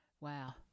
Wow